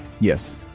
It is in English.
Yes